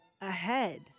ahead